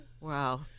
Wow